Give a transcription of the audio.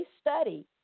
study